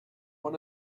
one